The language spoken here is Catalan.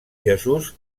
jesús